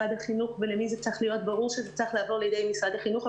והחינוך ואצל מי זה צריך להיות ברור שזה צריך לעבור לידי משרד החינוך.